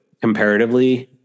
comparatively